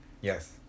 Yes